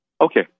okay